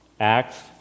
Acts